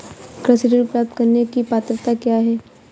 कृषि ऋण प्राप्त करने की पात्रता क्या है?